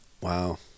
Wow